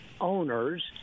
owners